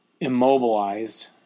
immobilized